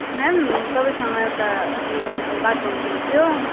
ma'am तपाईसँग एउटा उयो गर्नु बात गर्नुपर्ने थियो